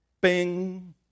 Bing